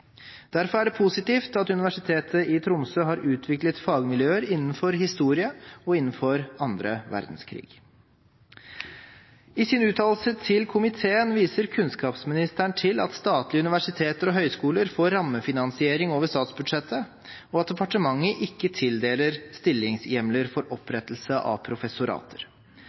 Derfor er det positivt at Universitetet i Tromsø har utviklet fagmiljøer innenfor historie og innenfor annen verdenskrig. I sin uttalelse til komiteen viser kunnskapsministeren til at statlige universiteter og høyskoler får rammefinansiering over statsbudsjettet, og at departementet ikke tildeler stillingshjemler for opprettelse av professorater.